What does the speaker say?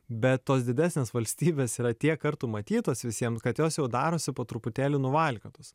bet tos didesnės valstybės yra tiek kartų matytos visiem kad jos jau darosi po truputėlį nuvalkiotos